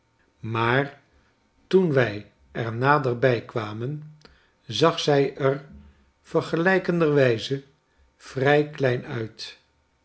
maar toen wij er naderbij kwamen zag zy er vergelijkenderwijze vrij klein uit